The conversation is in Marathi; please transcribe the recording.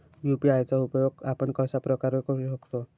यू.पी.आय चा उपयोग आपण कशाप्रकारे करु शकतो?